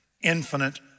infinite